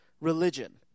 religion